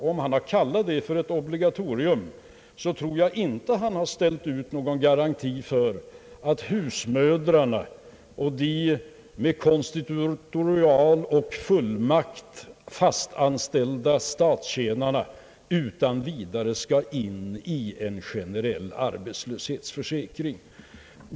Har han talat om ett obligatorium så tror jag inte att han därmed har ställt ut någon garanti för att husmödrarna eller de med konstitutorial och fullmakt fast anställda statstjänarna utan vidare skall in i en generell arbetslöshetsförsäkring.